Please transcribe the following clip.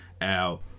Al